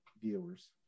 viewers